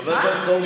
חבר הכנסת הורוביץ.